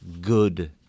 good